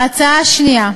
ההצעה השנייה,